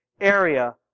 area